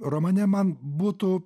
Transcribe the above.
romane man būtų